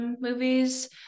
movies